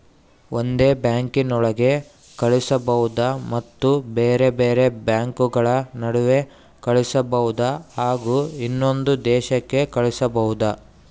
ಒಂದೇ ಬ್ಯಾಂಕಿನೊಳಗೆ ಕಳಿಸಬಹುದಾ ಮತ್ತು ಬೇರೆ ಬೇರೆ ಬ್ಯಾಂಕುಗಳ ನಡುವೆ ಕಳಿಸಬಹುದಾ ಹಾಗೂ ಇನ್ನೊಂದು ದೇಶಕ್ಕೆ ಕಳಿಸಬಹುದಾ?